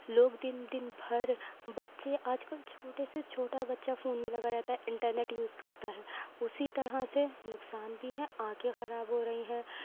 لوگ دن دن بھر بچے آج کل چھوٹے سے چھوٹا بچہ فون میں لگا رہتا ہے انٹرنیٹ یوز کرتا ہے اسی طرح سے نقصان بھی ہے آنکھیں خراب ہو رہی ہیں